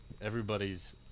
everybody's